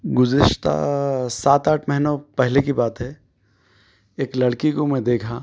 گذشتہ سات آٹھ مہینوں پہلے کی بات ہے ایک لڑکی کو میں دیکھا